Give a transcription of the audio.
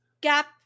Gap